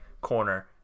corner